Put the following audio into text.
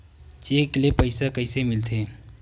Cheque ले पईसा कइसे मिलथे?